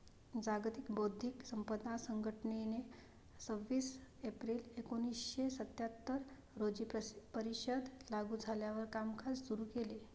जागतिक बौद्धिक संपदा संघटनेने सव्वीस एप्रिल एकोणीसशे सत्याहत्तर रोजी परिषद लागू झाल्यावर कामकाज सुरू केले